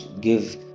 give